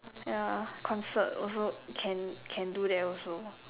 ya concert also can can do that also